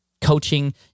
coaching